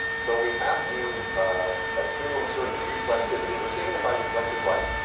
so we have to assume a certain reflectivity, we're seeing them by reflected light.